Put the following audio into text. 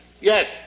Yes